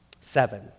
seven